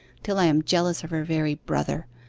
till i am jealous of her very brother.